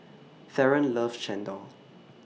Theron loves Chendol